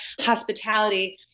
hospitality